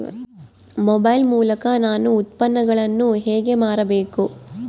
Mobile ಮೂಲಕ ನಾನು ಉತ್ಪನ್ನಗಳನ್ನು ಹೇಗೆ ಮಾರಬೇಕು?